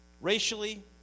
racially